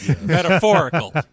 Metaphorical